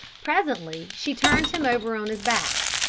presently she turned him over on his back.